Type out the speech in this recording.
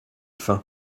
faim